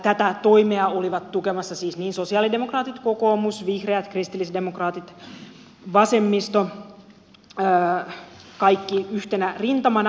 tätä toimea olivat tukemassa siis sosialidemokraatit kokoomus vihreät kristillisdemokraatit vasemmisto kaikki yhtenä rintamana